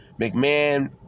McMahon